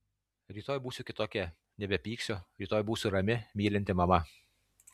rytoj būsiu kitokia nebepyksiu rytoj būsiu rami mylinti mama